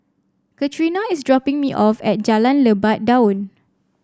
Catrina is dropping me off at Jalan Lebat Daun